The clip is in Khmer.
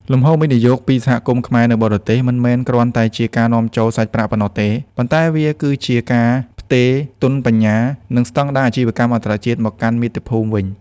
លំហូរវិនិយោគពី សហគមន៍ខ្មែរនៅបរទេស មិនមែនគ្រាន់តែជាការនាំចូលសាច់ប្រាក់ប៉ុណ្ណោះទេ ប៉ុន្តែវាគឺជាការផ្ទេរ ទុនបញ្ញា និងស្ដង់ដារអាជីវកម្មអន្តរជាតិមកកាន់មាតុភូមិវិញ។